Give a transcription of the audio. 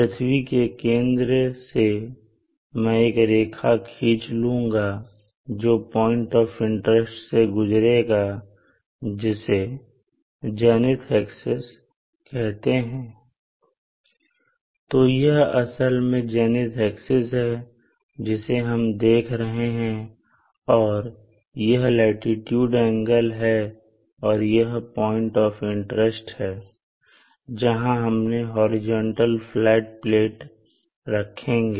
पृथ्वी के केंद्र से मैं एक रेखा खींच लूँगा जो पॉइंट ऑफ इंटरेस्ट से गुजरेगा जिसे जेनिथ एक्सिस कहते हैं तो यह असल में जेनिथ एक्सिस है जिसे हम देख रहे हैं और यह लाटीट्यूड एंगल है और यह पॉइंट ऑफ इंटरेस्ट है जहां हमें हॉरिजॉन्टल फ्लैट प्लेट रखेंगे